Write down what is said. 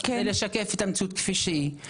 זה לשקף את המציאות כפי שהיא,